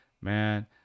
man